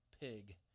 pig